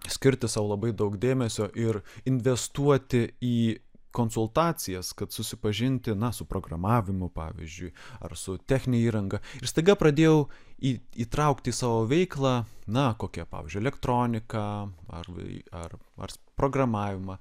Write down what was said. skirti sau labai daug dėmesio ir investuoti į konsultacijas kad susipažinti su programavimu pavyzdžiui ar su technine įranga ir staiga pradėjau į įtraukti į savo veiklą na kokią pavyzdžiui elektroniką ar ar ars programavimą